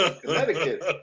Connecticut